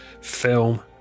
film